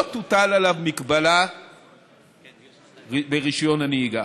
לא תוטל עליו הגבלה ברישיון הנהיגה.